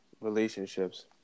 relationships